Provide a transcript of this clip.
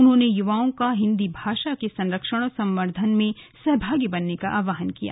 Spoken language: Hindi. उन्होंने युवाओं का हिन्दी भाषा के सरक्षण और संवर्द्वन में सहभागी बनने का आहवान किया है